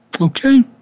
Okay